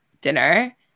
dinner